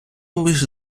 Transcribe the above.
лиш